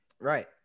Right